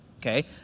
Okay